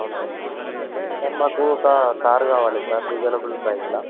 అవునా సార్ మాకు ఒక కార్ కావాలి సార్ రీసనబుల్ ప్రైస్లో